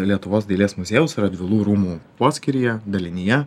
lietuvos dailės muziejaus radvilų rūmų poskyryje dalinyje